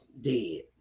dead